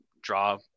draw